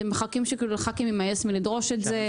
אתם מחכים שלח"כים יימאס לדרוש את זה?